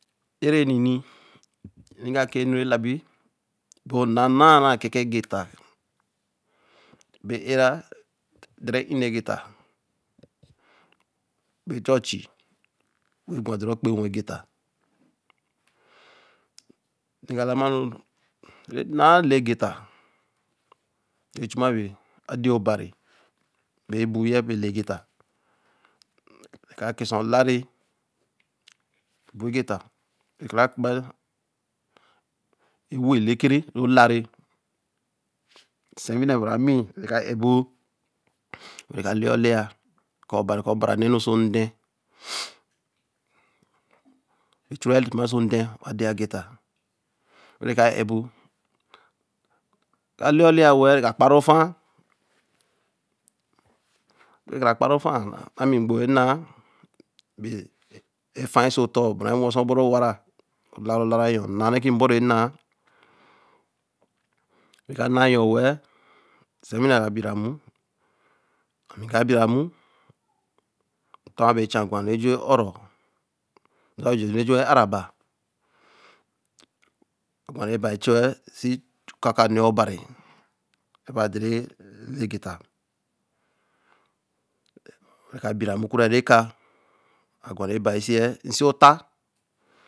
Ererini. ri mga kpara alabj bee ɔnānaa rā ɛka ɛka egeta. Be era de rɛ nnɛ geta be chɔɔchi we gwā aderɔ kpennwɛ egela, bi mga lamarū nnaa ele geta bee chuma be ade ɔbari bee buiyɛ beele geta. Rɛka kesā ɔlare boegeta, kara kpaa ewo lekere rɔ̃ late nsɛnwinɛbārā mi rɛ ka aebk werɛ ka lea olea kɔbari kɔɔ anɛnu oso ndɛ, rɛ churɛi tima oso nde wa de ageta, rɛka' aebo. Rɛ kalea olea wɛ̃ɛ̃ rɛka kpari ɔfā, be kara kpari ɔfaa, rūmi mgbk rɛ naa beefāi oso ɔtɔɔ bara ennwɛsɛ ɔbɔrū ɔwarā ɔlare olare anyɔ nna rɛ bɔru ami ɛnaa Rɛka na anyɔ wɛ̃ɛ̃ nsɛnwinɛ rā kara bjra mmu, ami mga bira mmu ntɔ abere chā gwa enu eju eɔrɔ, ntɔ agwaru enu ejuju araba. Agwaru bai sii chuz ɔkaka nɛɛ ɔbari anyɔ ba de rɛ elegeta. Wereka bira mmu kurɛ ruɛka si nsi ɔta